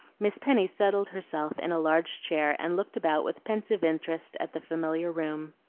miss penny settled herself in a large chair and looked about with pensive interest at the familiar room.